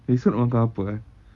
besok nak makan apa eh